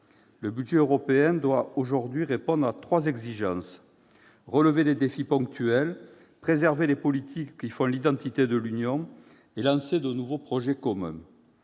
Le budget européen doit aujourd'hui répondre à trois exigences : relever les défis ponctuels, préserver les politiques qui font l'identité de l'Union européenne et lancer de nouveaux projets communs.